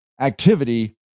activity